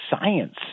science